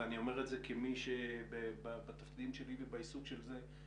ואני אומר את זה כמי שבתפקידים שלי ובעיסוק של זה,